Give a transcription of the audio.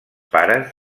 pares